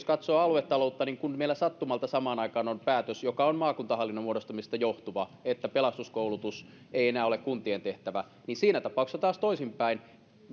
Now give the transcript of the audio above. katsoo aluetaloutta kun meillä sattumalta samaan aikaan on päätös joka on maakuntahallinnon muodostamisesta johtuva että pelastuskoulutus ei enää ole kuntien tehtävä siinä tapauksessa taas on toisin päin